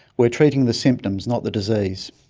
we are treating the symptoms, not the disease.